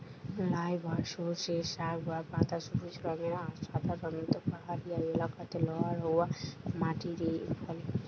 লাই বা সর্ষের শাক বা পাতা সবুজ রঙের আর সাধারণত পাহাড়িয়া এলাকারে লহা রওয়া মাটিরে ফলে